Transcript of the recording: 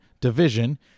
division